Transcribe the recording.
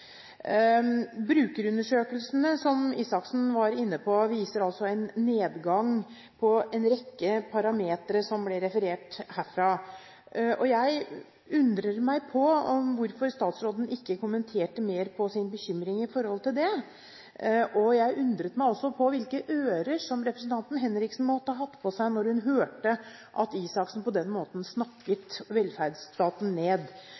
Brukerundersøkelsene, som Røe Isaksen var inne på, viser altså en nedgang på en rekke parametere, som ble referert herfra. Jeg undrer meg på hvorfor statsråden ikke kommenterte mer på sin bekymring i forhold til det, og jeg undret meg også på hvilke ører som representanten Henriksen måtte ha hørt med da hun hørte at Røe Isaksen på den måten snakket velferdsstaten ned.